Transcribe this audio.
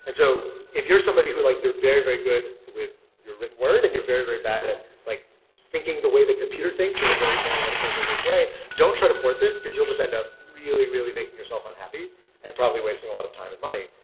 and so if you're somebody who like you're very, very good with your written word and you're very, very bad at like thinking the way that computer thinks in a very analytical, rigorous way, don't try to force it, because you'll just end up really, really making yourself unhappy and probably wasting a lot of time and money.